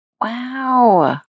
Wow